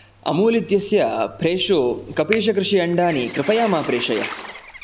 अमूल् इत्यस्य फ्रेशो कपीशकृषि अण्डानि कृपया मा प्रेषय